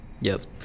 Yes